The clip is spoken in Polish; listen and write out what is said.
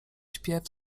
śpiew